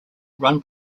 run